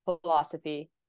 philosophy